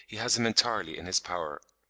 he has him entirely in his power.